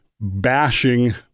bashing